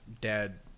dad